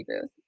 booth